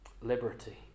liberty